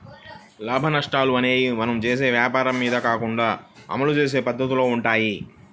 లాభనష్టాలు అనేయ్యి మనం చేసే వ్వాపారం మీద కాకుండా అమలు చేసే పద్దతిలో వుంటయ్యి